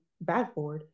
backboard